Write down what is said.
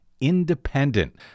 independent